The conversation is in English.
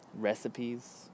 recipes